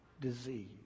disease